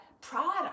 product